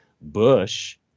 Bush